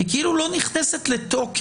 היא כאילו לא נכנסת לתוקף.